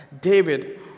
David